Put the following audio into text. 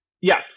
Yes